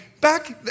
back